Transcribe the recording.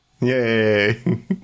Yay